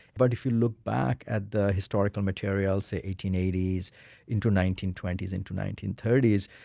but if you look back at the historical materials, the eighteen eighty s into nineteen twenty s into nineteen thirty s,